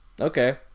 Okay